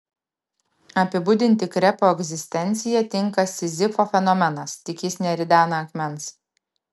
apibūdinti krepo egzistenciją tinka sizifo fenomenas tik jis neridena akmens